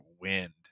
wind